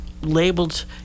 labeled